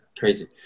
Crazy